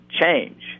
change